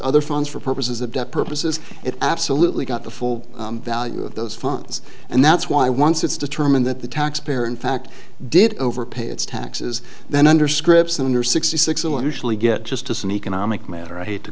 other funds for purposes of debt purposes it absolutely got the full value of those funds and that's why once it's determined that the taxpayer in fact did overpay its taxes then under scripts under sixty six solution we get just as an economic matter i hate to